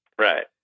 Right